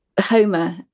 Homer